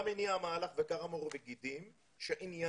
אבל אני חושב שאם היינו בודקים כמה מהם חוזרים על פני שנה מהשחרור,